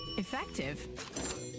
Effective